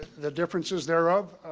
the differences thereof.